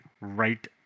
right